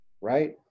right